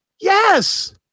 Yes